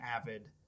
avid